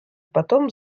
потом